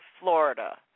Florida